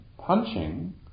punching